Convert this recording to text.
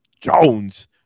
Jones